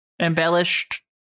embellished